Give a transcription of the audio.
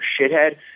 Shithead